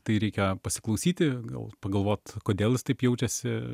tai reikia pasiklausyti gal pagalvot kodėl jis taip jaučiasi